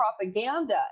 propaganda